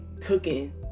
cooking